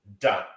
done